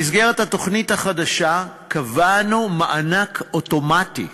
במסגרת התוכנית החדשה קבענו מענק אוטומטי,